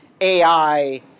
AI